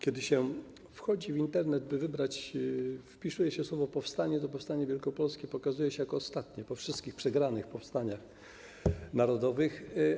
Kiedy wchodzi się w Internet i wpisuje się słowo „powstanie”, to powstanie wielkopolskie pokazuje się jako ostatnie, po wszystkich przegranych powstaniach narodowych.